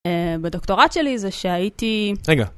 בדוקטורט שלי זה שהייתי... רגע.